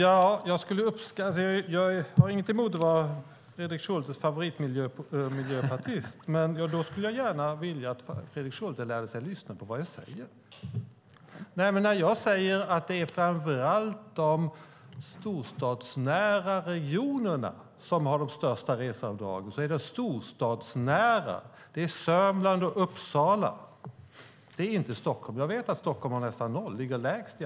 Herr talman! Jag har inget emot att vara Fredrik Schultes favoritmiljöpartist, men då skulle jag gärna vilja att Fredrik Schulte lärde sig att lyssna på vad jag säger. När jag säger att det framför allt är de storstadsnära regionerna som har de största reseavdragen är det just storstadsnära. Det är Sörmland och Uppsala, eller nära Göteborg - inte Stockholm. Jag vet att Stockholm har nästan noll och ligger lägst.